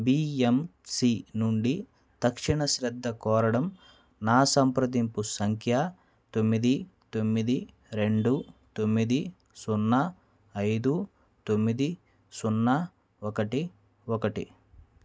BMC నుండి తక్షణ శ్రద్ధ కోరడం నా సంప్రదింపు సంఖ్య తొమ్మిది తొమ్మిది రెండు తొమ్మిది సున్నా ఐదు తొమ్మిది సున్నా ఒకటి ఒకటి